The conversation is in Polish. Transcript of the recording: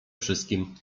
wszystkim